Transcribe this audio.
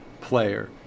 player